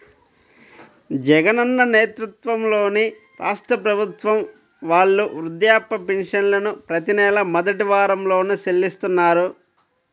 జగనన్న నేతృత్వంలోని రాష్ట్ర ప్రభుత్వం వాళ్ళు వృద్ధాప్య పెన్షన్లను ప్రతి నెలా మొదటి వారంలోనే చెల్లిస్తున్నారు